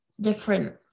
different